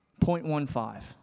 0.15